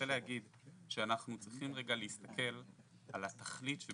אבל אני רוצה להגיד שאנחנו צריכים רגע להסתכל על התכלית של